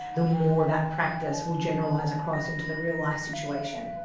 the more that practice will generalise across into the real-life situation.